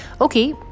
Okay